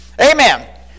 Amen